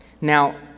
Now